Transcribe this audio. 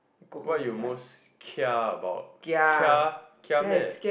what you most kia about kia kia meh